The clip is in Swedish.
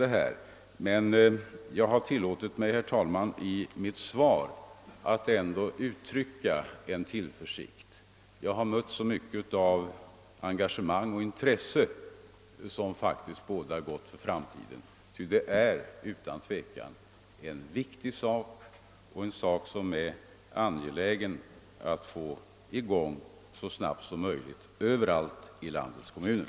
Men, herr talman, jag har ändå tillåtit mig att i mitt svar uttrycka tillförsikt. Jag har mött så mycket av engagemang och intresse att det faktiskt bådar gott för framtiden. Det är utan tvivel en viktig och angelägen sak, och det är betydelsefullt att få i gång arbetet så snabbt som möjligt i landets alla kommuner.